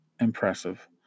impressive